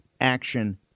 action